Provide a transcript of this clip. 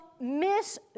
miss